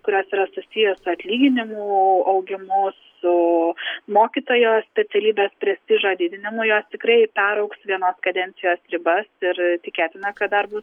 kurios yra susiję su atlyginimų augimu su mokytojo specialybės prestižo didinimu jos tikrai peraugs vienos kadencijos ribas ir tikėtina kad dar bus